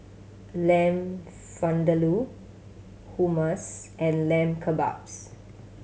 Lamb Vindaloo Hummus and Lamb Kebabs